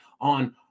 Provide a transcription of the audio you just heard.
on